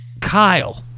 Kyle